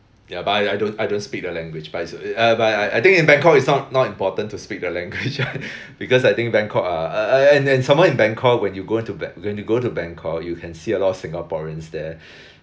ya but I don’t I don’t speak the language but is uh but I I think in bangkok it’s not not important to speak the language because I think bangkok uh and and and some more in Bangkok when you go into bang~ when you go to bangkok you can see a lot of singaporeans there